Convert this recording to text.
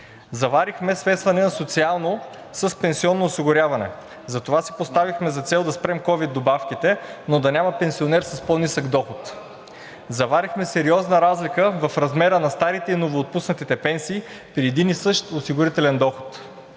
заварихме смесване на социално с пенсионно осигуряване и затова си поставихме за цел да спрем ковид добавките, но да няма пенсионер с по-нисък доход; заварихме сериозна разлика в размера на старите и новоотпуснатите пенсии при един и същ осигурителен доход;